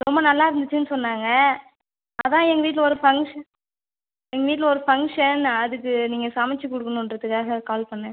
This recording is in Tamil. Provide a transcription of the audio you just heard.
ரொம்ப நல்லா இருந்துச்சுன்னு சொன்னாங்க அதுதான் எங்கள் வீட்டில் ஒரு ஃபங்க்ஷன் எங்கள் வீட்டில் ஒரு ஃபங்க்ஷன் அதுக்கு நீங்கள் சமைச்சு கொடுக்கணுன்றத்துக்காக கால் பண்ணிணேன்